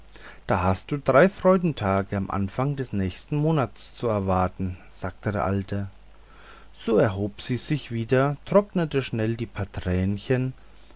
da hast du drei freudentage am anfang des nächsten monats zu erwarten sagte der alte so erhob sie sich wieder trocknete schnell die paar tränchen